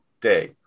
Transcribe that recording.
day